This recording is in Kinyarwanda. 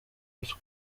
ruswa